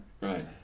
Right